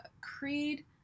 Creed